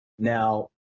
Now